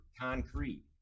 concrete